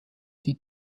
die